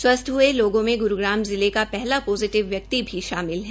स्वस्थ्य हुये लोगों में गुरूग्राम जिले का पहला पोजिटिव व्यक्ति भी शामिल है